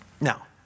Now